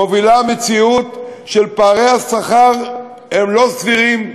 מובילה מציאות שפערי השכר הם לא סבירים,